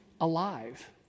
alive